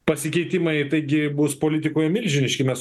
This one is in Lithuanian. pasikeitimai taigi bus politikoj milžiniški mes